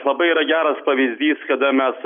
labai yra geras pavyzdys kada mes